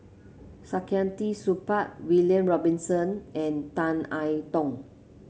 Saktiandi Supaat William Robinson and Tan I Tong